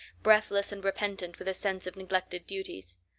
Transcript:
breathless and repentant with a sense of neglected duties.